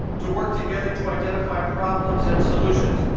to work together to identify problems and solutions,